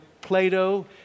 Plato